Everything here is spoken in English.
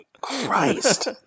christ